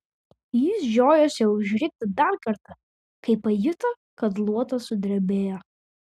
jis žiojosi užrikti dar kartą kai pajuto kad luotas sudrebėjo